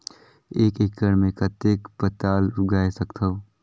एक एकड़ मे कतेक पताल उगाय सकथव?